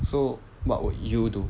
so what would you do